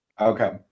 Okay